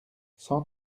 cent